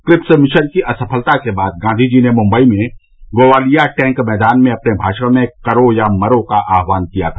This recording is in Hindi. क्रिप्स मिशन की असफलता के बाद गांधी जी ने मुंबई में गोवालिया टैंक मैदान में अपने भाषण में करो या मरो का आह्वान किया था